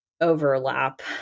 overlap